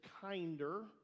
kinder